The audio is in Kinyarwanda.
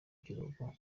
kiruhuko